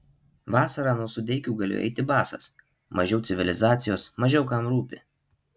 vasarą nuo sudeikių galiu eiti basas mažiau civilizacijos mažiau kam rūpi